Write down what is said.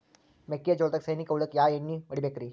ಮೆಕ್ಕಿಜೋಳದಾಗ ಸೈನಿಕ ಹುಳಕ್ಕ ಯಾವ ಎಣ್ಣಿ ಹೊಡಿಬೇಕ್ರೇ?